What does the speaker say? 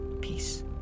Peace